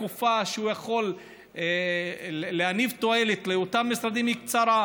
התקופה שהוא יכול להניב תועלת לאותם משרדים היא קצרה.